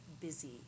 busy